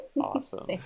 Awesome